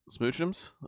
Smoochums